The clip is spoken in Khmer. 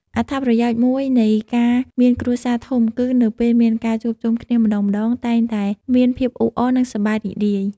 អត្តប្រយោជន៍មួយនៃការមានគ្រួសារធំគឺ នៅពេលមានការជួបជុំគ្នាម្ដងៗ តែងតែមានភាពអ៊ូអរ និងសប្បាយរីករាយ។